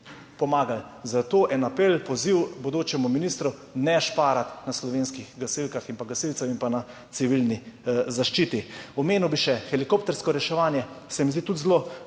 pomagali. Zato apel, poziv bodočemu ministru: ne šparati na slovenskih gasilkah in gasilcih in na civilni zaščiti. Omenil bi še helikoptersko reševanje, se mi zdi tudi zelo